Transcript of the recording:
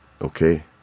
okay